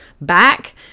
back